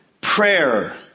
prayer